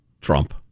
Trump